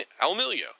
Almilio